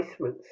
placements